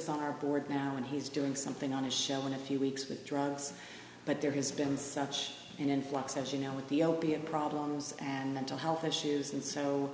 is on our board now and he's doing something on a show in a few weeks with drugs but there has been such an influx as you know with the opium problems and mental health issues and so